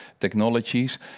technologies